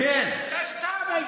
כן, סתם?